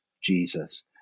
Jesus